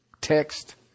text